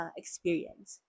experience